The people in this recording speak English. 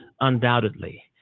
undoubtedly